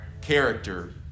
character